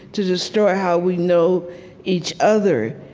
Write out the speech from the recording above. to destroy how we know each other.